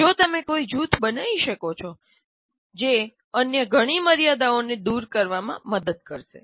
જો તમે કોઈ જૂથ બનાવી શકો છો જે અન્ય ઘણી મર્યાદાઓને દૂર કરવામાં મદદ કરશે